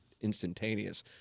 instantaneous